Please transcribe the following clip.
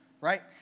right